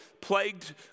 plagued